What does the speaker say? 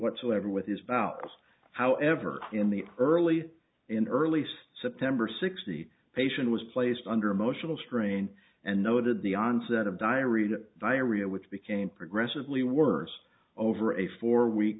whatsoever with his bowels however in the early and earliest september sixth the patient was placed under emotional strain and noted the onset of diarrhea diarrhea which became progressively worse over a four week